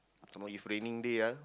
some more if raining day ah